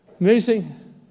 Amazing